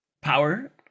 power